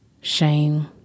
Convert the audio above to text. shame